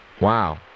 Wow